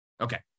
Okay